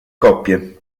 coppie